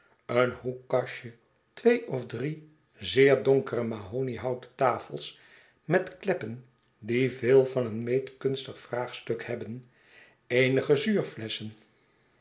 een hoekkastje twee of drie zeer donkere mahoniehouten tafels met kleppen die veel van een meetkunstig vraagstuk hebben